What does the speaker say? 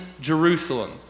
Jerusalem